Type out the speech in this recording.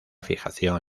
fijación